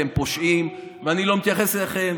אתם פושעים ואני לא מתייחס אליכם.